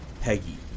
Peggy